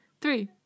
Three